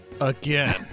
again